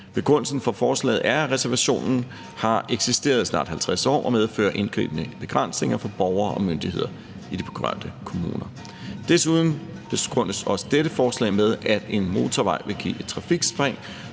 Begrundelsen for forslaget er, at reservationen har eksisteret i snart 50 år og medfører indgribende begrænsninger for borgere og myndigheder i de berørte kommuner. Desuden begrundes også dette forslag med, at en motorvej vil give et trafikspring,